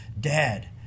Dad